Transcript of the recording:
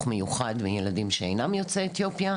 מיוחד מילדים שאינם יוצאי אתיופיה,